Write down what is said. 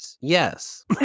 Yes